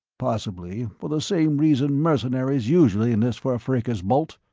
possibly for the same reason mercenaries usually enlist for a fracas, balt.